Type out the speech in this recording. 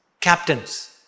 captains